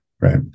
right